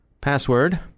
Password